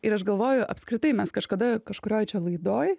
ir aš galvoju apskritai mes kažkada kažkurioj laidoj